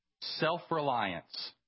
self-reliance